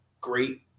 great